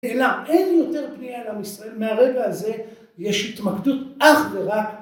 אלא אין יותר פנייה לעם ישראל, מהרגע הזה יש התמקדות אף ורק